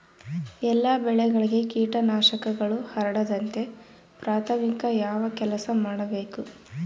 ಎಲ್ಲ ಬೆಳೆಗಳಿಗೆ ಕೇಟನಾಶಕಗಳು ಹರಡದಂತೆ ಪ್ರಾಥಮಿಕ ಯಾವ ಕೆಲಸ ಮಾಡಬೇಕು?